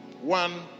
One